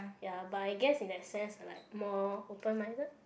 ya but I guess in that sense I like more open minded